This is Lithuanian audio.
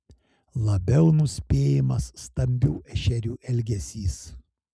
labiau nuspėjamas stambių ešerių elgesys